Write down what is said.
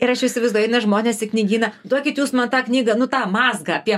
ir aš jau įsivaizduoju eina žmonės į knygyną duokit jūs man tą knygą nu tą mazgą apie